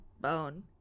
Bone